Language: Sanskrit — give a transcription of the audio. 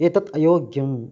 एतत् अयोग्यं